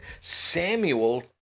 Samuel